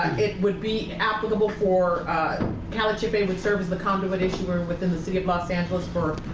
it would be applicable for calhfa and would serve as the conduit issuer within the city of los angeles for